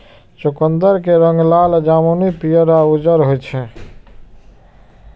चुकंदर के रंग लाल, जामुनी, पीयर या उज्जर होइ छै